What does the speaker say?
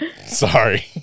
Sorry